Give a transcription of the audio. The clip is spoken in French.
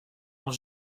ont